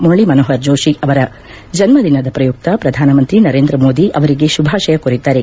ಮುರಳಿ ಮನೋಹರ್ ಜೋಷಿ ಅವರ ಜನ್ಮದಿನದ ಪ್ರಯುಕ್ತ ಪ್ರಧಾನಮಂತ್ರಿ ನರೇಂದ್ರ ಮೋದಿ ಅವರಿಗೆ ಶುಭಾಶಯ ಕೋರಿದ್ದಾರೆ